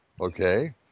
okay